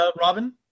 Robin